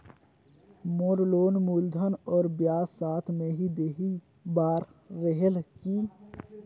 मोर loan मूलधन और ब्याज साथ मे ही देहे बार रेहेल की?